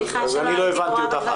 וסליחה שלא הייתי ברורה.